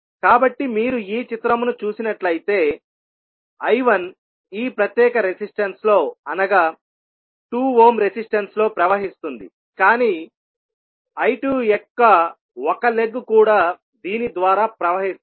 కాబట్టి మీరు ఈ చిత్రమును చూసినట్లయితే I1 ఈ ప్రత్యేక రెసిస్టన్స్ లో అనగా 2 ఓమ్ రెసిస్టన్స్ లో ప్రవహిస్తుంది కానీ I2 యొక్క ఒక లెగ్ కూడా దీని ద్వారా ప్రవహిస్తుంది